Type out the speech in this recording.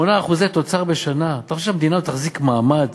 8% תוצר בשנה, אתה חושב שהמדינה הזאת תחזיק מעמד